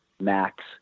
Max